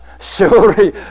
surely